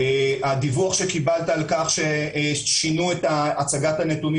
הדיווח שקיבלת על-כך ששינו את הצגת הנתונים